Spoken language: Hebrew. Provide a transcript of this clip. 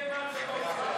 מדי פעם זאת אופציה.